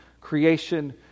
creation